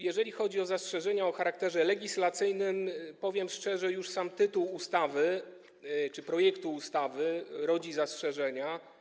Jeżeli chodzi o zastrzeżenia o charakterze legislacyjnym, powiem szczerze, już sam tytuł ustawy czy projektu ustawy rodzi zastrzeżenia.